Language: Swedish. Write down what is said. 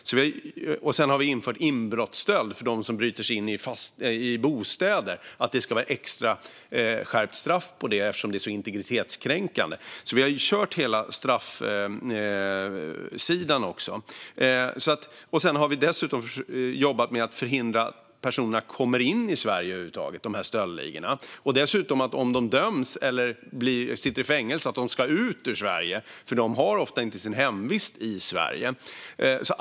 Sedan har vi också infört att det ska vara ett extra skärpt straff på inbrottsstöld för dem som bryter sig in i bostäder eftersom det är så integritetskränkande. Vi har alltså kört hela straffsidan också. Sedan har vi dessutom jobbat med att förhindra att de här stöldligorna och personerna kommer in i Sverige över huvud taget. Om de döms eller sitter i fängelse ska de dessutom ut ur Sverige, för de har ofta inte sin hemvist i Sverige.